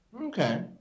Okay